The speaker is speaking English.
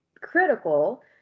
critical